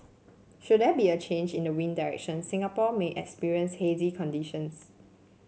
should there be a change in the wind direction Singapore may experience hazy conditions